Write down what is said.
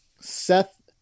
Seth